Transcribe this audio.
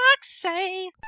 say